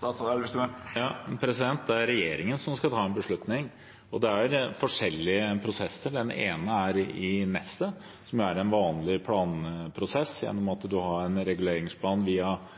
Det er regjeringen som skal ta en beslutning, og det er forskjellige prosesser. Den ene er i Nesset, som er en vanlig planprosess gjennom at en har en reguleringsplan via